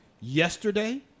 yesterday